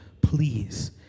please